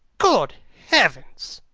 good heavens!